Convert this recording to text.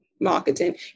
marketing